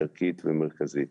ערכית ומרכזית.